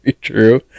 true